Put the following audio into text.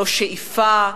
לא שאיפה,